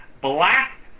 black